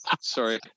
Sorry